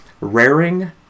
raring